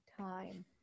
time